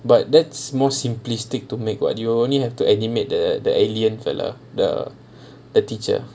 but that's more simplistic to make [what] you will only have to animate the the alien feller the the teacher